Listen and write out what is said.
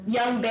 Young